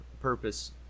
purpose